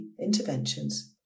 interventions